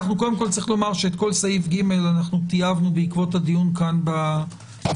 יש לומר שכל סעיף ג טייבנו בעקבות הדיון כאן בוועדה.